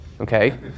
okay